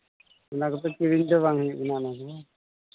ᱚᱱᱟ ᱠᱚᱫᱚ ᱠᱤᱨᱤᱧ ᱛᱮᱦᱚᱸ ᱵᱟᱝ ᱧᱟᱢᱚᱜᱚᱜᱼᱟ